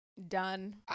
done